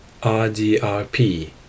RDRP